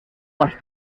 más